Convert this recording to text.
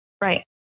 right